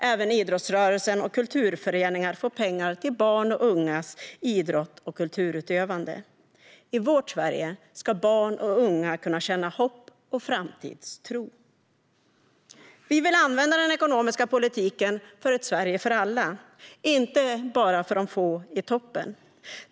Även idrottsrörelsen och kulturföreningar får pengar till barns och ungas idrott och kulturutövande. I vårt Sverige ska barn och unga kunna känna hopp och framtidstro. Vi vill använda den ekonomiska politiken för ett Sverige för alla, inte bara för de få i toppen.